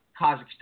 Kazakhstan